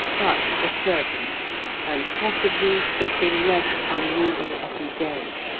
but a servant and possibly getting less unruly every day!